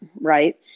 Right